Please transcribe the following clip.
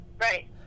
Right